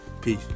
Peace